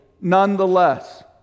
nonetheless